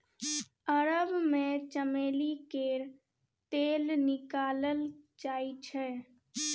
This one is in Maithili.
अरब मे चमेली केर तेल निकालल जाइ छै